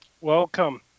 Welcome